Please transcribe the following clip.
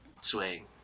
swaying